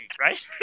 right